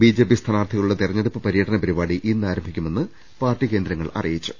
BJP സ്ഥാനാർത്ഥി കളുടെ തെരഞ്ഞെടുപ്പ് പര്യടന പരിപാടി ഇന്ന് ആരംഭിക്കുമെന്ന് പാർട്ടി കേന്ദ്രങ്ങൾ അറിയിച്ചു